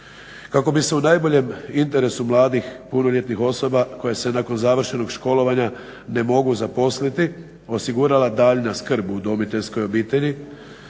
Kako bi se u najboljem interesu mladih, punoljetnih osoba koje se nakon završenog školovanja ne mogu zaposliti, osigurala daljnja skrb u udomiteljskoj obitelji.